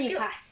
until ah